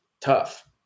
tough